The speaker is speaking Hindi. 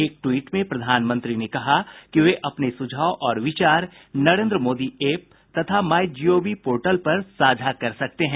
एक ट्वीट में प्रधानमंत्री ने कहा कि वे अपने सुझाव और विचार नरेन्द्र मोदी ऐप तथा my G O V portal पर साझा कर सकते हैं